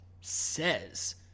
says